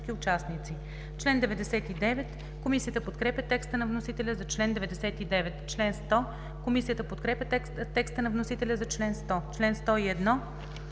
ал. 3.“ Комисията подкрепя текста на вносителя за чл. 102.